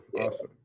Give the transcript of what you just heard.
Awesome